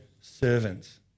servants